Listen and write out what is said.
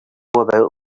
about